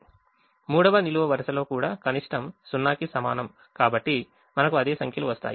3వ నిలువు వరుసలో కూడా కనిష్టం 0కి సమానం కాబట్టి మనకు అదే అంకెలు వస్తాయి